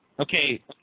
Okay